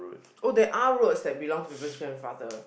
there are roads that belong to people's grandfather